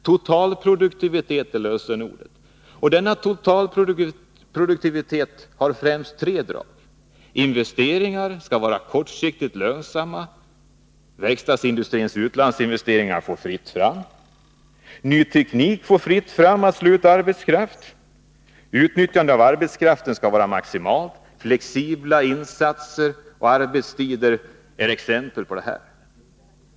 Totalproduktivitet är lösenordet. Denna total produktivitet har främst tre drag. Investeringar skall vara kortsiktigt lönsamma, verkstadsindustrins utlandsinvesteringar får fritt fram. Ny teknik får fritt fram att slå ut arbetskraft. Arbetskraften skall utnyttjas maximalt. Flexibla insatser och arbetstider är exempel på detta.